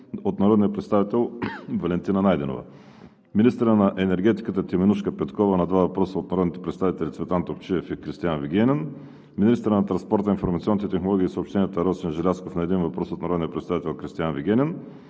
от народния представител Валентина Найденова; – министърът на енергетиката Теменужка Петкова на два въпроса от народните представители Цветан Топчиев и Кристиан Вигенин; – министърът на транспорта, информационните технологии и съобщенията Росен Желязков на един въпрос от народния представител Кристиан Вигенин.